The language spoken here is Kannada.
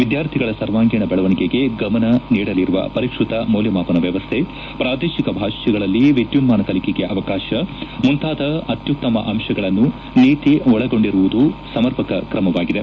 ವಿದ್ದಾರ್ಥಿಗಳ ಸರ್ವಾಂಗೀಣ ಬೆಳವಣಿಗೆಗೆ ಗಮನ ನೀಡಲಿರುವ ಪರಿಷ್ಟತ ಮೌಲ್ಯ ಮಾಪನ ವ್ಯವಸ್ಥೆ ಪ್ರಾದೇಶಿಕ ಭಾಷೆಗಳಲ್ಲಿ ವಿದ್ಯುನ್ಮಾನ ಕಲಿಕೆಗೆ ಅವಕಾಶ ಮುಂತಾದ ಅತ್ಯುತ್ತಮ ಅಂಶಗಳನ್ನು ನೀತಿ ಒಳಗೊಂಡಿರುವುದು ಸಮರ್ಪಕ ಕ್ರಮವಾಗಿದೆ